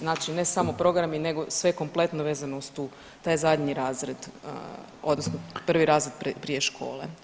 Znači ne samo programi, nego i sve kompletno vezano uz taj zadnji razred, odnosno prvi razred prije škole.